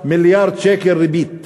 מיליארד שקל ריבית.